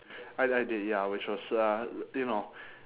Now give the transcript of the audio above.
I I did ya which was uh you know